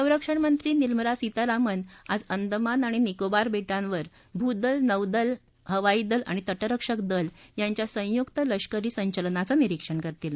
संरक्षणमंत्री निर्मला सीतारामन आज अंदमान आणि निकोबार बेटांवर भूदल नौदल हवाई दल आणि तटरक्षक दल यांच्या संयुक्त लष्करी संचलनाचं निरीक्षण करतील